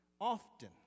often